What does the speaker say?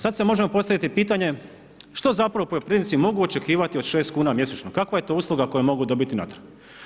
Sada si možemo postaviti pitanje što zapravo poljoprivrednici mogu očekivati od 6 kuna mjesečno, kakva je to usluga koju mogu dobiti natrag?